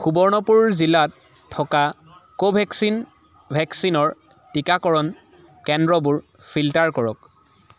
সুবৰ্ণপুৰ জিলাত থকা কোভেক্সিন ভেকচিনৰ টীকাকৰণ কেন্দ্ৰবোৰ ফিল্টাৰ কৰক